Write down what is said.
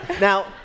Now